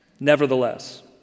Nevertheless